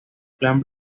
plan